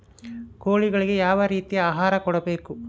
ಕೋಳಿಗಳಿಗೆ ಯಾವ ರೇತಿಯ ಆಹಾರ ಕೊಡಬೇಕು?